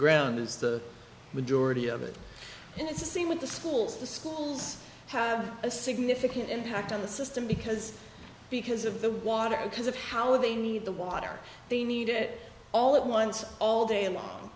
ground is the majority of it and it's the same with the schools the schools have a significant impact on the system because because of the water because of how they need the water they need it all at once all day